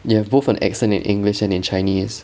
you have both an accent in english and in chinese